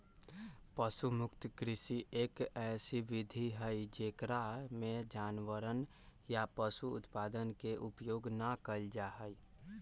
पशु मुक्त कृषि, एक ऐसी विधि हई जेकरा में जानवरवन या पशु उत्पादन के उपयोग ना कइल जाहई